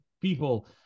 people –